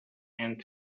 and